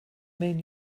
mean